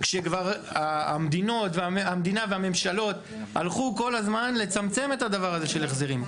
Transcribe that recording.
שכבר המדינה והממשלה הלכו כל הזמן לצמצם את הדבר הזה של ההחזרים.